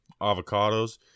avocados